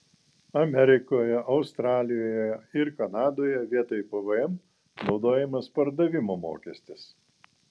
amerikoje australijoje ir kanadoje vietoj pvm naudojamas pardavimo mokestis